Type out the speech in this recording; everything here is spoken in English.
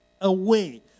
away